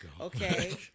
okay